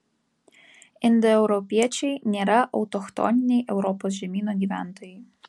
indoeuropiečiai nėra autochtoniniai europos žemyno gyventojai